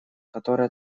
которое